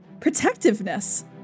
Protectiveness